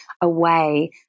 away